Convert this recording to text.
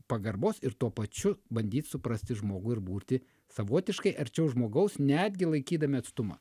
pagarbos ir tuo pačiu bandyt suprasti žmogų ir burti savotiškai arčiau žmogaus netgi laikydami atstumą